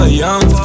young